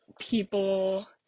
people